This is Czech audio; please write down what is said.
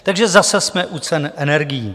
Takže zase jsme u cen energií.